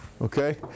Okay